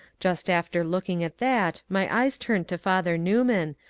just after looking at that my eyes turned to father newman,